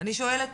- אני שואלת